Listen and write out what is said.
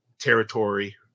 territory